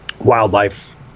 wildlife